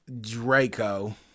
Draco